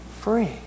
Free